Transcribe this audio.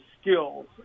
skills